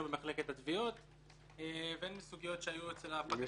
במחלקת התביעות והן מסוגיות שהיו אצל הפקחים.